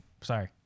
sorry